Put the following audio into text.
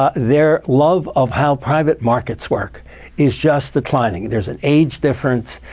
ah their love of how private markets work is just declining. there's an age difference,